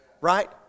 Right